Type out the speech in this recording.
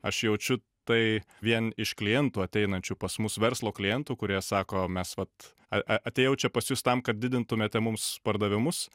aš jaučiu tai vien iš klientų ateinančių pas mus verslo klientų kurie sako mes vat atėjau čia pas jus tam kad didintumėte mums pardavimus